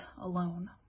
alone